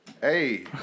hey